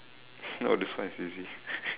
oh this one is easy